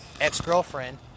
ex-girlfriend